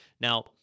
Now